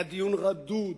היה דיון רדוד,